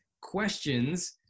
questions